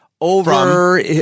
over